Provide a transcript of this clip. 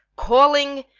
calling,